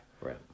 Right